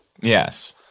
Yes